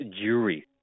jury